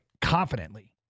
confidently